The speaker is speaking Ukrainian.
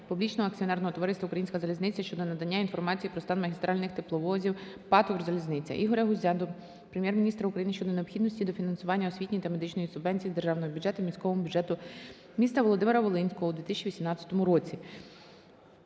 Публічного акціонерного товариства "Українська залізниця" щодо надання інформації про стан магістральних тепловозів ПАТ "Укрзалізниця". Ігоря Гузя до Прем'єр-міністра України щодо необхідності дофінансування освітньої та медичної субвенції з державного бюджету міському бюджету міста Володимира-Волинського у 2018 році.